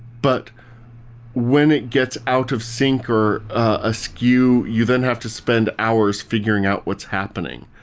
but when it gets out of sync or askew, you then have to spend hours figuring out what's happening.